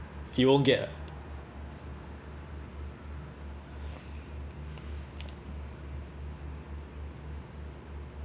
you won’t get ah